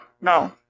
No